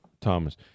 Thomas